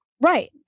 Right